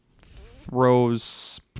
throws